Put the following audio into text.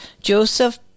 Joseph